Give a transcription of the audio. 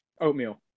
Oatmeal